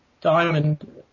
Diamond